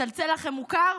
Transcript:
מצלצל לכם מוכר?